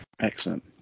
Excellent